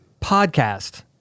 podcast